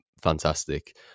fantastic